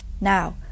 Now